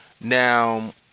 Now